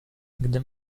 gdy